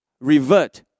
revert